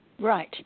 Right